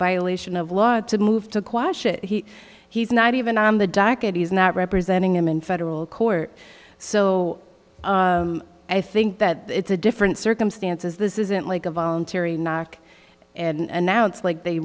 violation of law to move to quassia he's not even on the docket he's not representing him in federal court so i think that it's a different circumstances this isn't like a voluntary knock and announce like they